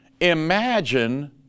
Imagine